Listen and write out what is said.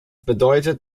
bedeutet